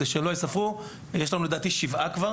יש לנו שבעה כבר.